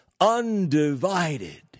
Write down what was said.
undivided